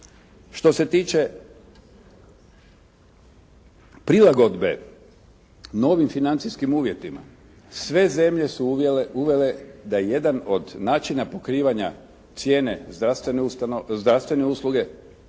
Što se tiče prilagodbe novim financijskim uvjetima, sve zemlje su uvele da jedan od načina pokrivanja cijene zdravstvene usluge